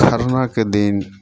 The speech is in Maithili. खरनाके दिन